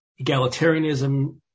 egalitarianism